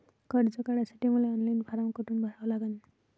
कर्ज काढासाठी मले ऑनलाईन फारम कोठून भरावा लागन?